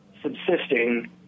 subsisting